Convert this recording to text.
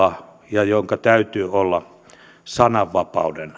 ja jonka täytyy olla sananvapauden